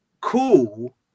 cool